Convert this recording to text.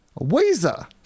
Weezer